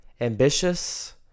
ambitious